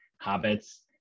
habits